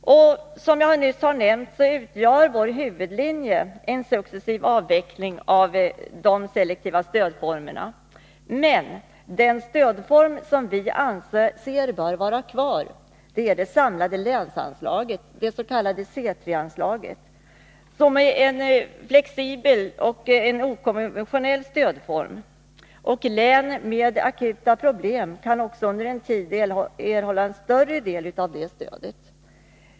Vår huvudlinje går, som jag nyss nämnt, ut på en successiv avveckling av flertalet selektiva stödformer. Men den stödform som vi anser bör vara kvar är det samlade länsanslaget —C 3 — som är en flexibel och okonventionell stödform. Län med akuta problem kan också under en tid erhålla en större del av det stödet.